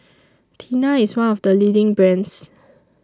Tena IS one of The leading brands